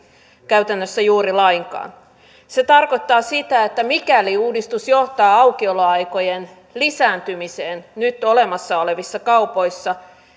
käytännössä ei juuri lainkaan se tarkoittaa sitä että mikäli uudistus johtaa aukioloaikojen lisääntymiseen nyt olemassa olevissa kaupoissa